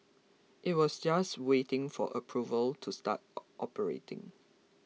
it was just waiting for approval to start operating